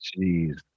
Jeez